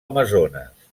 amazones